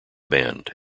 band